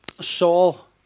Saul